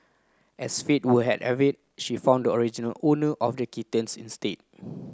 as fate would had have it she found the original owner of the kittens instead